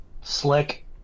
slick